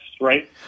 right